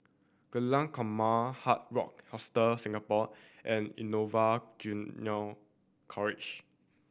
Jalan Korma Hard Rock Hostel Singapore and Innova College